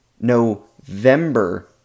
November